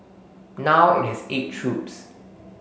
now it has eight troops